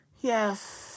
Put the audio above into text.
Yes